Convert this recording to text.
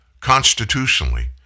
constitutionally